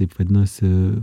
taip vadinosi